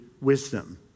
wisdom